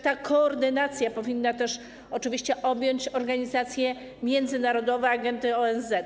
Ta koordynacja powinna też oczywiście objąć organizacje międzynarodowe, agendy ONZ.